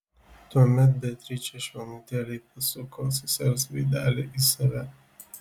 tuomet beatričė švelnutėliai pasuko sesers veidelį į save